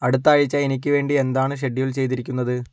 അടുത്ത ആഴ്ച എനിക്ക് വേണ്ടി എന്താണ് ഷെഡ്യൂൾ ചെയ്തിരിക്കുന്നത്